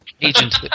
agent